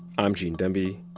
i'm gene demby.